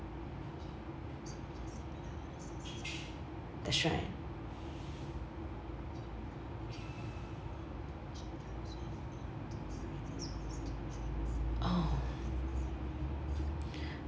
that's right oh